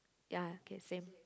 ya okay same